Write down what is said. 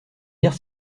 dire